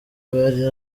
bari